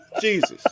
Jesus